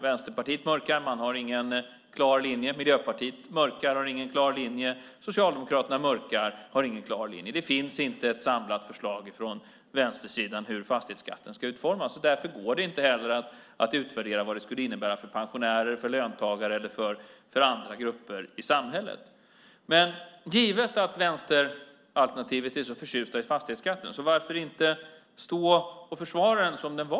Vänsterpartiet mörkar - man har ingen klar linje. Miljöpartiet mörkar - man har ingen klar linje. Socialdemokraterna mörkar - man har ingen klar linje. Det finns inte ett samlat förslag från vänstersidan om hur fastighetsskatten ska utformas, och därför går det inte heller att utvärdera vad det skulle innebära för pensionärer, för löntagare och för andra grupper i samhället. Men givet att vänsteralternativet är så förtjusta i fastighetsskatten: Varför inte stå och försvara den som den var?